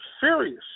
serious